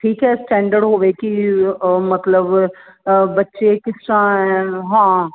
ਠੀਕ ਹੈ ਸਟੈਂਡਰਡ ਹੋਵੇ ਕਿ ਮਤਲਬ ਬੱਚੇ ਕਿਸ ਤਰ੍ਹਾਂ ਹਾਂ